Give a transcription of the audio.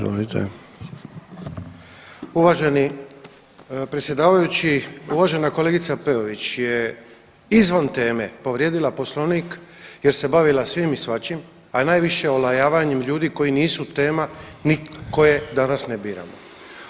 Uvaženi predsjedavajući, uvažena kolegica Peović je izvan teme, povrijedila Poslovnik jer se bavila svim i svačim, a najviše olajavanjem ljudi koji nisu tema ni koje danas ne biramo.